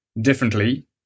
differently